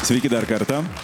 sveiki dar kartą